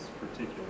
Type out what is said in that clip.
particular